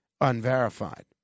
unverified